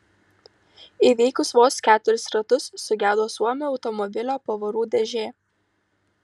įveikus vos keturis ratus sugedo suomio automobilio pavarų dėžė